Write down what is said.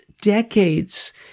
decades